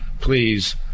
please